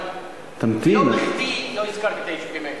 אבל לא בכדי לא הזכרתי את היישובים האלה.